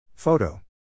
Photo